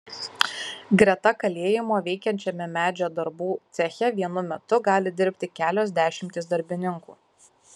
greta kalėjimo veikiančiame medžio darbų ceche vienu metu gali dirbti kelios dešimtys darbininkų